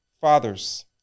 fathers